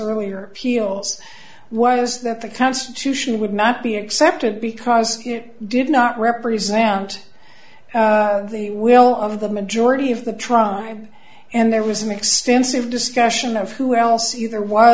earlier peals was that the constitution would not be accepted because it did not represent the will of the majority of the tribe and there was an extensive discussion of who else either